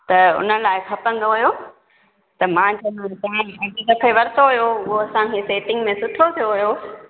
त हुन लाइ खपंदो हुओ त मां वरितो हुओ उहो असांखे सेटिंग में सुठो थियो हुओ